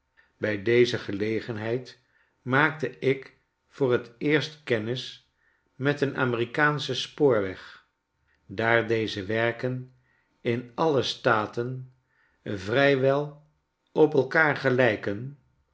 bij deze gelegenheid maakte ik vooj teerst kennis met een amerikaanschen spoorweg daar deze werken in alle staten vrij wel op elkaar gelyken